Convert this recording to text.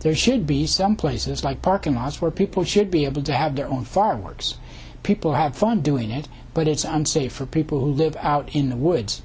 there should be some places like parking lots where people should be able to have their own farm works people have fun doing it but it's unsafe for people who live out in the woods